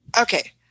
okay